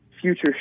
future